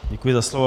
Děkuji za slovo.